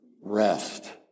rest